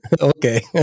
Okay